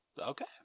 Okay